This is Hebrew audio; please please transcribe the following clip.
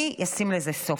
מי ישים לזה סוף?